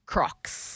Crocs